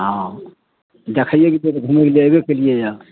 हँ देखइए घुमै लए ऐबे केलियै यऽ